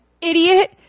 idiot